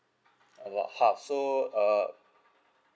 about half so uh